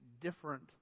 different